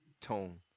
tone